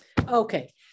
Okay